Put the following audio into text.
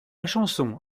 chanson